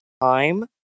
time